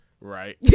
Right